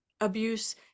abuse